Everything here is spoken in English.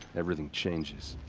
everything changes.